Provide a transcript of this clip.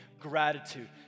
gratitude